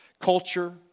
culture